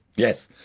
yes.